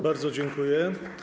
Bardzo dziękuję.